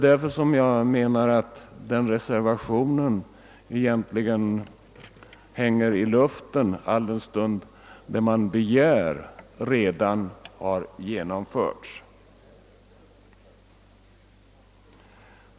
Därför menar jag att reservationen egentligen hänger i luften, det som man begär har redan genomförts.